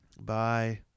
bye